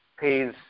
pays